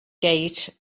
gate